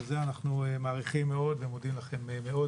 ועל זה אנחנו מעריכים מאוד ומודים לכם מאוד.